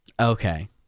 Okay